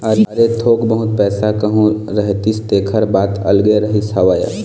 अरे थोक बहुत पइसा कहूँ रहितिस तेखर बात अलगे रहिस हवय